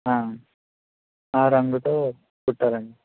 ఆ రంగుతో కుట్టాలండి